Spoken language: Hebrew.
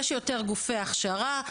יש יותר גופי הכשרה,